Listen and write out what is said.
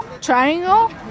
triangle